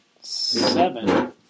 seven